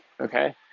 okay